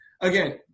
again